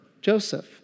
Joseph